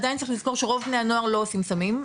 עדיין צריך לזכור שרוב בני הנוער לא עושים סמים,